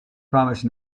promised